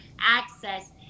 access